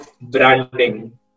branding